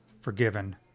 forgiven